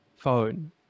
phone